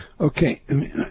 Okay